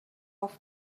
off